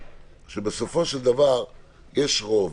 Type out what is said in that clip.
בסופו של דבר יש רוב,